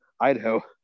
Idaho